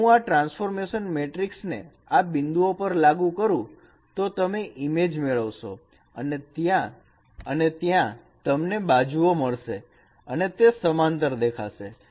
જો હું આ ટ્રાન્સફોર્મેશન મેટ્રિકસ ને આ બિંદુઓ પર લાગુ કરું તો તમે ઈમેજ મેળવશો અને ત્યાં તમને બાજુઓ મળશે અને તે સમાંતર દેખાશે